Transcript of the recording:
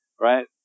Right